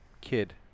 kid